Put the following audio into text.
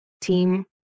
team